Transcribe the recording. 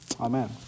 Amen